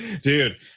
Dude